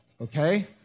okay